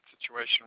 situation